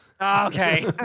Okay